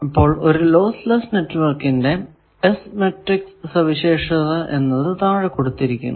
അപ്പോൾ ഒരു lossless നെറ്റ്വർക്കിന്റെ S മാട്രിക്സ് സവിശേഷത താഴെ കൊടുത്തിരിക്കുന്നു